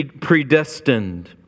predestined